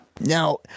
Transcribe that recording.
now